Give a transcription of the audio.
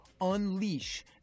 unleash